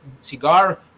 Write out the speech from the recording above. cigar